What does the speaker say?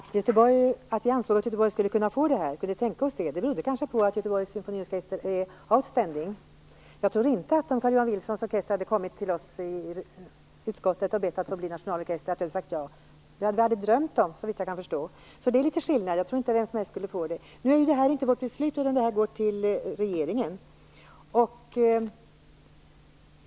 Fru talman! Att vi ansåg att Göteborg skulle kunna få det här berodde kanske på att Göteborgs symfoniorkester är outstanding. Om Carl-Johan Wilsons orkester hade kommit till oss i utskottet och bett att få bli nationalorkester tror jag inte att vi hade sagt ja. Det hade vi aldrig drömt om, såvitt jag kan förstå. Det är litet skillnad. Jag tror inte att vem som helst skulle få bli det. Nu är ju detta inte vårt beslut, utan det går till regeringen.